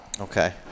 okay